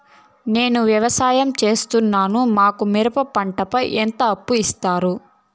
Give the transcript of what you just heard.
నేను వ్యవసాయం సేస్తున్నాను, మాకు మిరప పంటపై ఎంత అప్పు ఇస్తారు